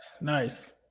nice